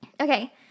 Okay